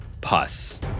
pus